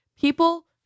people